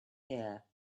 here